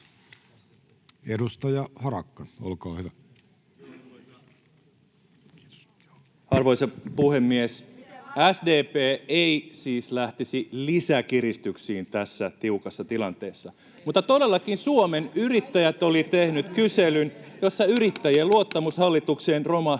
Edustaja Harakka, olkaa hyvä. Arvoisa puhemies! SDP ei siis lähtisi lisäkiristyksiin tässä tiukassa tilanteessa. [Välihuutoja — Puhemies koputtaa] Mutta todellakin Suomen Yrittäjät oli tehnyt kyselyn, jossa yrittäjien luottamus hallitukseen romahti